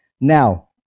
now